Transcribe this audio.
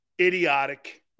idiotic